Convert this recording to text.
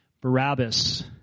Barabbas